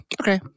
Okay